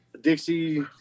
Dixie